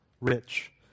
rich